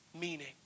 meaning